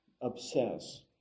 obsess